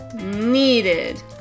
needed